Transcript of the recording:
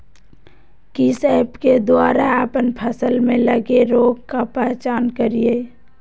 किस ऐप्स के द्वारा अप्पन फसल में लगे रोग का पहचान करिय?